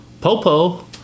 popo